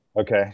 okay